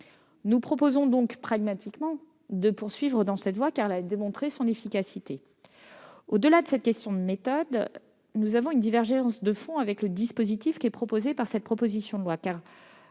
Nous proposons donc pragmatiquement de poursuivre dans cette voie, car elle a démontré son efficacité. Au-delà de cette question de méthode, nous avons également une divergence de fond avec le dispositif proposé. Le texte de la proposition de loi